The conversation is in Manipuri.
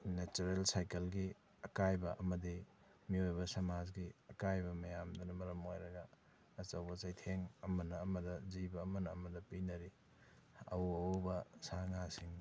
ꯅꯦꯆꯔꯦꯜ ꯁꯥꯏꯀꯜꯒꯤ ꯑꯀꯥꯏꯕ ꯑꯃꯗꯤ ꯃꯤꯑꯣꯏꯕ ꯁꯃꯥꯖꯒꯤ ꯑꯀꯥꯏꯕ ꯃꯌꯥꯝꯗꯨꯅ ꯃꯔꯝ ꯑꯣꯏꯔꯒ ꯑꯆꯧꯕ ꯆꯩꯊꯦꯡ ꯑꯃꯅ ꯑꯃꯗ ꯖꯤꯕ ꯑꯃꯅ ꯑꯃꯗ ꯄꯤꯅꯔꯤ ꯑꯎ ꯑꯎꯕ ꯁꯥ ꯉꯥꯁꯤꯡ